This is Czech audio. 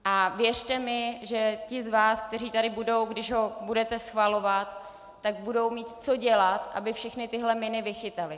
A věřte mi, že ti z vás, kteří tady budou, když ho budete schvalovat, tak budou mít co dělat, aby všechny tyhle miny vychytali.